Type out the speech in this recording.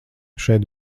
šeit